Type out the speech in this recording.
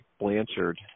blanchard